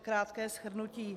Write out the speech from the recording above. Krátké shrnutí.